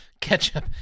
Ketchup